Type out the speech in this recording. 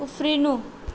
उफ्रिनु